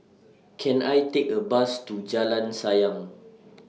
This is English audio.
Can I Take A Bus to Jalan Sayang